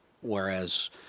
whereas